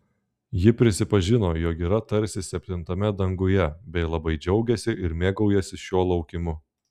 ji prisipažino jog yra tarsi septintame danguje bei labai džiaugiasi ir mėgaujasi šiuo laukimu